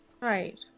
Right